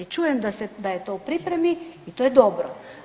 Čujem da je to u pripremi i to je dobro.